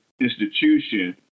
institution